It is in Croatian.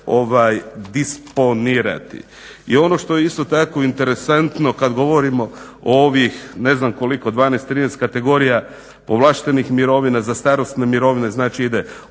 disponirati. I ono što je isto tako interesantno kad govorimo o ovih ne znam koliko 12, 13 kategorija ovlaštenih mirovina, za starosne mirovine znači ide